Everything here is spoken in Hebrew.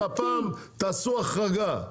אז הפעם תעשו החרגה,